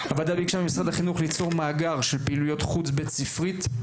הוועדה ביקשה ממשרד החינוך ליצור מאגר של פעילויות חוץ בית ספרית,